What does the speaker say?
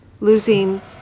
losing